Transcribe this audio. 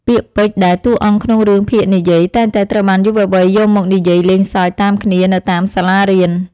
ពាក្យពេចន៍ដែលតួអង្គក្នុងរឿងភាគនិយាយតែងតែត្រូវបានយុវវ័យយកមកនិយាយលេងសើចតាមគ្នានៅតាមសាលារៀន។